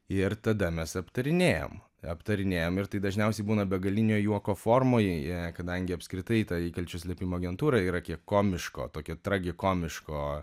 ir tada mes aptarinėjam aptarinėjam ir tai dažniausiai būna begalinio juoko formoje kadangi apskritai ta įkalčių slėpimo agentūra yra kiek komiško tokio tragikomiško